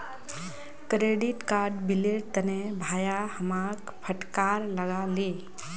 credit card बिलेर तने भाया हमाक फटकार लगा ले